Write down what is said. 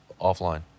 offline